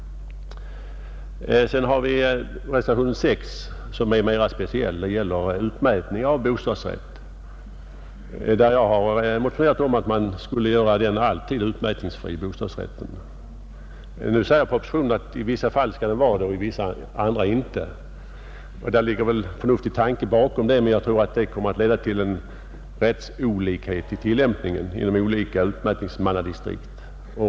Reservationen 6 är mer speciell — den gäller utmätning av bostadsrätt. Jag har motionerat om att bostadsrätten alltid skall vara utmätningsfri. Enligt propositionen skall bostadsrätten i vissa fall vara utmätningsfri, i andra fall inte. Det ligger väl en förnuftig tanke bakom det, men jag tror att detta kommer att leda till en rättsolikhet i tillämpningen inom olika utmätningsmannadistrikt.